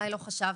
אולי לא חשבנו,